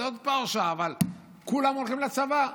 זה עוד פרשה, אבל כולם הולכים לצבא.